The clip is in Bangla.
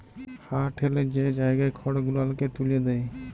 হাঁ ঠ্যালে যে জায়গায় খড় গুলালকে ত্যুলে দেয়